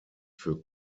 für